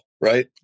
Right